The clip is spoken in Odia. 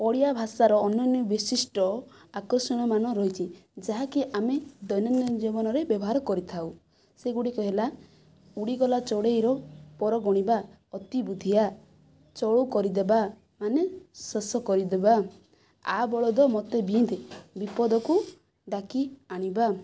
ଓଡ଼ିଆ ଭାଷାର ଅନନ୍ୟ ଵିଶିଷ୍ଟ ଆକର୍ଷଣୀୟ ମାନ ରହିଛି ଯାହାକି ଆମେ ଦୈନନ୍ଦିନ ଜୀବନରେ ବ୍ୟବହାର କରିଥାଉ ସେଗୁଡିକ ହେଲା ଉଡ଼ିଗଲା ଚଢ଼େଇର ପର ଗଣିବା ଅତିବୁଦ୍ଧିଆ ଚଳୁକରିଦେବା ମାନେ ଶେଷ କରିଦେବା ଆ ବଳଦ ମତେ ବିନ୍ଧ ବିପଦକୁ ଡାକି ଆଣିବା